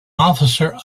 officer